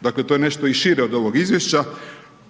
dakle, to je nešto i šire od ovog izvješća,